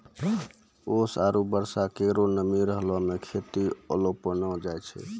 ओस आरु बर्षा केरो नमी रहला सें खेती लेलि अपनैलो जाय छै?